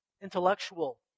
intellectual